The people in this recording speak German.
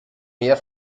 mehr